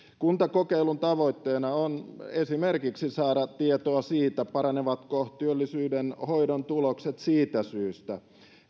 kuntakokeilun tavoitteena on esimerkiksi saada tietoa siitä paranevatko työllisyydenhoidon tulokset siitä syystä